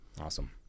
Awesome